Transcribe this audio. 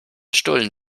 stullen